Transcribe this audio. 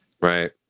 Right